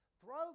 Throw